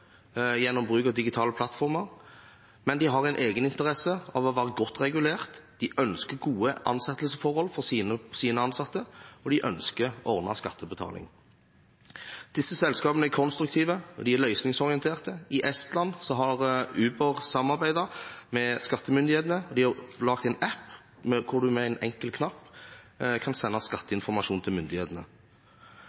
gjennom bruk av digitale plattformer, men de har en egeninteresse av å være godt regulert. De ønsker gode ansettelsesforhold for sine ansatte, og de ønsker ordnede skattebetalinger. Disse selskapene er konstruktive, og de er løsningsorienterte. I Estland har Uber samarbeidet med skattemyndighetene. De har laget en app hvor du med en enkel knapp kan sende